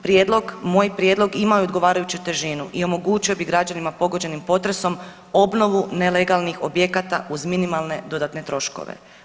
Prijedlog, moj prijedlog imao je odgovarajuću težinu i omogućio bi građanima pogođenim potresom obnovu nelegalnih objekata uz minimalne dodatne troškove.